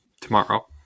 tomorrow